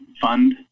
fund